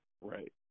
Right